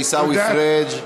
עיסאווי פריג'.